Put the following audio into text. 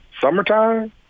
summertime